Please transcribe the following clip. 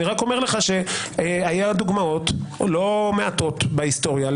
אני רק אומר לך שהיו דוגמאות לא מעטות בהיסטוריה,